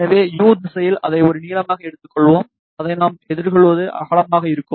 எனவே u திசையில் அதை ஒரு நீளமாக எடுத்துக்கொள்வோம் அதை நாம் எடுத்துக்கொள்வது அகலமாக இருக்கும்